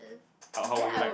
how how would you like